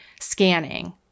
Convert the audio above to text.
scanning